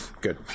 Good